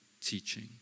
teaching